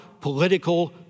political